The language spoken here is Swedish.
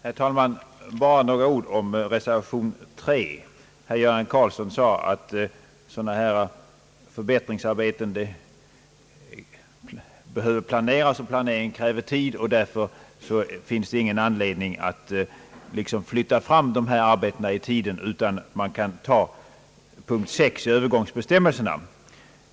Herr talman! Bara några ord om reservation III. Herr Göran Karlsson sade att förbättringsarbeten behöver planeras och att planering kräver tid. Därför skulle det inte finnas anledning att flytta fram dessa arbeten i tiden, utan man kunde ta punkt 6 i övergångsbestämmelserna.